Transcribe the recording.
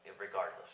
regardless